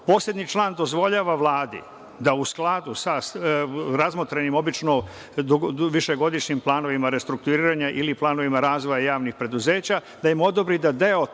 poslednji član dozvoljava Vladi da u skladu sa razmotrenim obično višegodišnjim planovima restrukturiranja ili planovima razvoja javnih preduzeća, da im odobri da deo